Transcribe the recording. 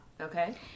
Okay